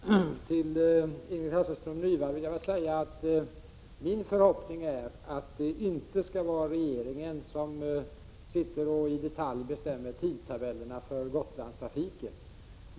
Herr talman! Till Ingrid Hasselström Nyvall vill jag säga att min förhoppning är att det inte skall vara regeringen som sitter och i detalj bestämmer tidtabellerna för Gotlandstrafiken.